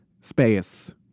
space